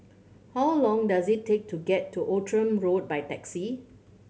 how long does it take to get to Outram Road by taxi